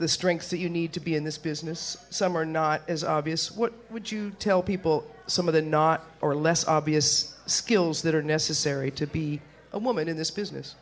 the strengths that you need to be in this business some are not as obvious what would you tell people some of the not or less obvious skills that are necessary to be a woman in this business